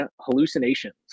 hallucinations